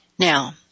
Now